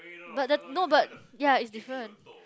but the no but ya is different